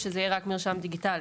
זה יהיה רק מרשם דיגיטלי,